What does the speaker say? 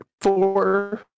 four